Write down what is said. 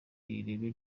ireme